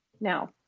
Now